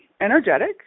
energetic